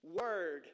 word